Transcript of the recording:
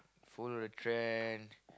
follow the trend